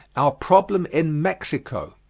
our problem in mexico.